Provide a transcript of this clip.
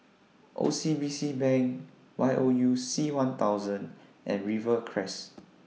O C B C Bank Y O U C one thousand and Rivercrest